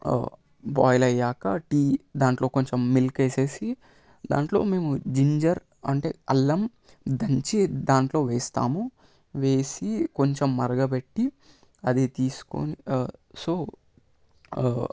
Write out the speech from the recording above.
boil అయ్యాక tea దాంట్లో కొంచెం మిల్క్ వేసేసి దాంట్లో మేము జింజర్ అంటే అల్లం దంచి దాంట్లో వేస్తాము వేసి కొంచెం మరగపెట్టి అది తీసుకొని సో